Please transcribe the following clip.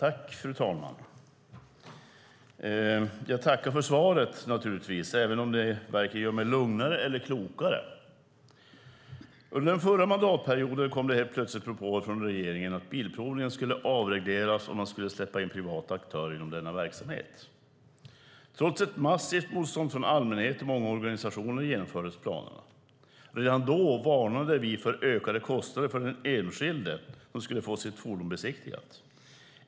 Fru talman! Jag tackar naturligtvis för svaret, även om det varken gör mig lugnare eller klokare. Under den förra mandatperioden kom det helt plötsligt propåer från regeringen att Bilprovningen skulle avregleras, och man skulle släppa in privata aktörer inom denna verksamhet. Trots ett massivt motstånd från allmänhet och många organisationer genomfördes planerna. Redan då varnade vi för ökade kostnader för den enskilde som skulle få sitt fordon besiktigat.